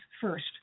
first